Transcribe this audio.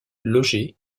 logé